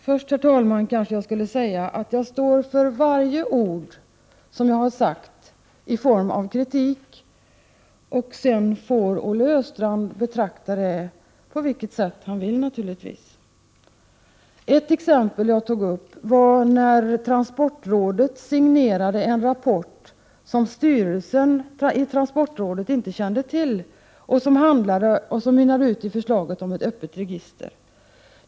Först, herr talman, kanske jag skulle säga att jag står för varje ord som jag har uttalat i form av kritik, och sedan får Olle Östrand naturligtvis betrakta det på vilket sätt han vill. Ett exempel som jag tog upp var att transportrådet signerade en rapport som styrelsen i transportrådet inte kände till och som mynnade ut i förslaget om ett öppet register.